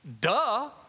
Duh